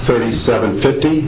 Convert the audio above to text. thirty seven fift